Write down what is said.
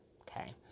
okay